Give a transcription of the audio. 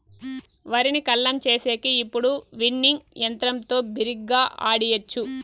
వరిని కల్లం చేసేకి ఇప్పుడు విన్నింగ్ యంత్రంతో బిరిగ్గా ఆడియచ్చు